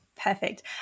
Perfect